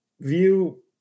view